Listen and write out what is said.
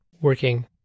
working